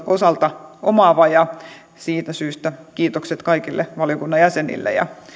osalta yhteisymmärrystä omaava siitä syystä kiitokset kaikille valiokunnan jäsenille ja